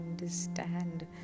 understand